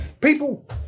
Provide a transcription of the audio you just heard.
People